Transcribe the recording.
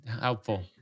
helpful